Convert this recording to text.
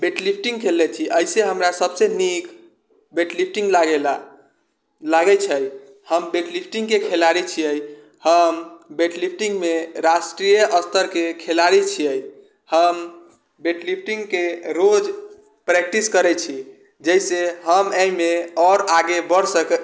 weight lifting खेललै छी अइसे हमरा सभसँ नीक वेट लिफ्टिंग लागेला लागै छै हम वेट लिफ्टिंगके खेलाड़ी छियै हम वेट लिफ्टिंगमे राष्ट्रीय स्तरके खेलाड़ी छियै हम वेट लिफ्टिंगके रोज प्रैक्टिस करै छी जाहिसँ हम एहिमे आओर आगे बढ़ि सकी